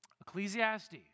Ecclesiastes